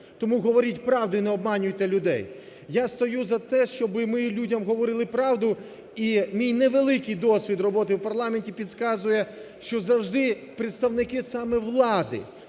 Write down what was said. Тому говоріть правду і не обманюйте людей. Я стою за те, щоби ми людям говорили правду і мій невеликий досвід роботи в парламенті підказує, що завжди представники саме влади